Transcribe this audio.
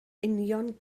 union